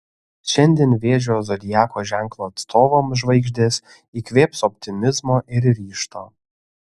šiandien vėžio zodiako ženklo atstovams žvaigždės įkvėps optimizmo ir ryžto